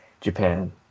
Japan